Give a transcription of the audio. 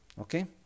Okay